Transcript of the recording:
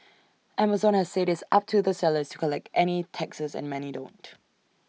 Amazon has said it's up to the sellers to collect any taxes and many don't